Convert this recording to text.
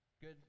Good